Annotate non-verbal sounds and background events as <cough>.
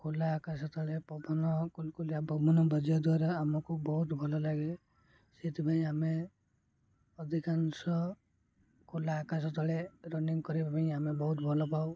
ଖୋଲା ଆକାଶ ତଳେ ପବନ <unintelligible> ବାଜିବା ଦ୍ୱାରା ଆମକୁ ବହୁତ ଭଲ ଲାଗେ ସେଥିପାଇଁ ଆମେ ଅଧିକାଂଶ ଖୋଲା ଆକାଶ ତଳେ ରନିଙ୍ଗ କରିବା ପାଇଁ ଆମେ ବହୁତ ଭଲ ପାଉ